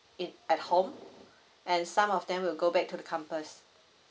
in at home and some of them will go back to the campus